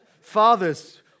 Fathers